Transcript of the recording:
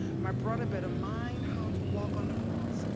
my brother better mind how you walk on the cross,